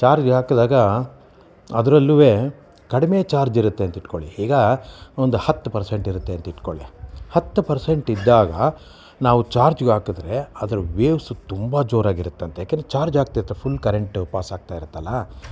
ಚಾರ್ಜ್ಗೆ ಹಾಕಿದಾಗ ಅದ್ರಲ್ಲೂ ಕಡಿಮೆ ಚಾರ್ಜ್ ಇರುತ್ತೆ ಅಂತಿಟ್ಕೊಳ್ಳಿ ಈಗ ಒಂದು ಹತ್ತು ಪರ್ಸೆಂಟ್ ಇರುತ್ತೆ ಅಂತ ಇಟ್ಕೊಳ್ಳಿ ಹತ್ತು ಪರ್ಸೆಂಟ್ ಇದ್ದಾಗ ನಾವು ಚಾರ್ಜಿಗೆ ಹಾಕಿದರೆ ಅದರ ವೇವ್ಸ್ ತುಂಬ ಜೋರಾಗಿರುತ್ತಂತೆ ಯಾಕಂದರೆ ಚಾರ್ಜ್ ಆಗ್ತಿತ್ತು ಫುಲ್ ಕರೆಂಟ್ ಪಾಸ್ ಆಗ್ತಾ ಇರುತ್ತಲ್ಲ